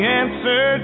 answer